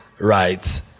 right